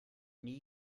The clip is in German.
nie